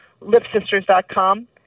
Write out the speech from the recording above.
Lipsisters.com